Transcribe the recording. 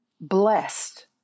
blessed